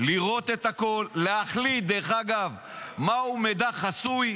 לראות את הכול, להחליט מהו מידע חסוי